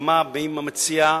בהסכמה עם המציע,